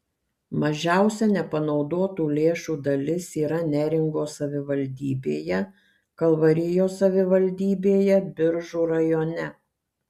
mažiausia nepanaudotų lėšų dalis yra neringos savivaldybėje kalvarijos savivaldybėje biržų rajone